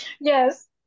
yes